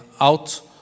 out